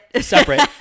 separate